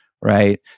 right